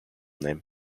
them